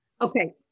Okay